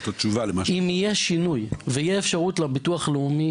אם יהיה שינוי ותהיה אפשרות לביטוח הלאומי